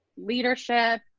leadership